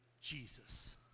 Jesus